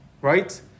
right